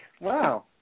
Wow